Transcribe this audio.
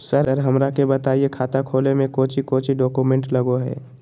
Sir हमरा के बताएं खाता खोले में कोच्चि कोच्चि डॉक्यूमेंट लगो है?